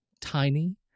tiny